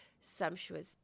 sumptuous